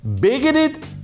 bigoted